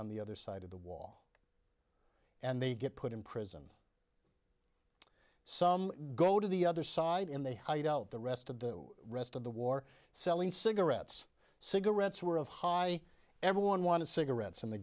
on the other side of the wall and they get put in prison some go to the other side and they hide out the rest of the rest of the war selling cigarettes cigarettes were of high everyone wanted cigarettes in the